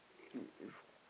it is